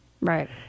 Right